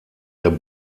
der